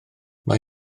mae